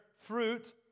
fruit